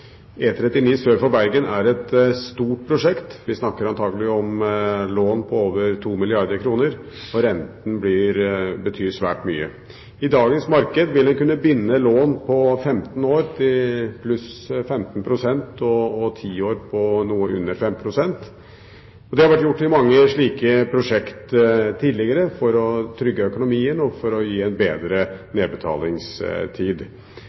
renten betyr svært mye. I dagens marked vil en kunne binde lån på 15 år til pluss 5 pst. og 10 år på noe under 5 pst. Det har det vært gjort i mange slike prosjekter tidligere for å trygge økonomien og for å gi en